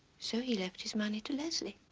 so he left his money to leslie.